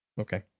Okay